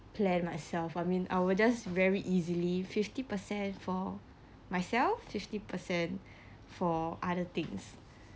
plan myself I mean I will just very easily fifty percent for myself fifty percent for other things